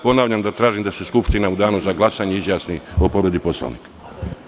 Ponavljam da tražim da se Skupština u danu za glasanje izjasni o povredi Poslovnika.